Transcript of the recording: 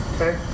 Okay